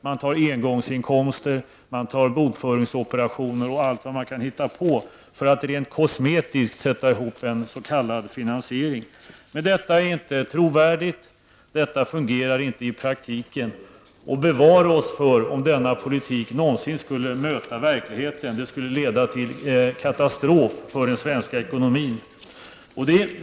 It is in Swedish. Man tar engångsinkomster, bokföringsoperationer och allt vad man kan hitta på för att rent kosmetiskt sätta ihop en s.k. finansiering. Men detta är inte trovärdigt, detta fungerar inte i praktiken. Och bevare oss för att denna politik någonsin skulle möta verkligheten. Det skulle leda till katastrof för den svenska ekonomin.